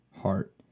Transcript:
heart